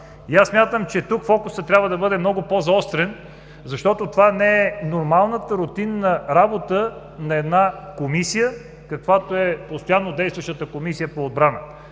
Смятам, че фокусът тук трябва да бъде много по-заострен, защото това не е нормалната рутинна работа на една комисия, каквато е постоянно действащата Комисия по отбрана.